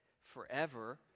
forever